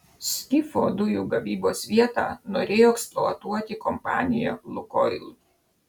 skifo dujų gavybos vietą norėjo eksploatuoti kompanija lukoil